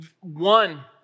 One